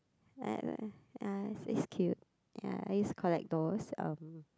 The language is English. uh uh ya it's cute ya I used collect those uM